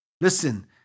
Listen